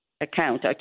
account